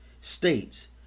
states